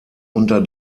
unter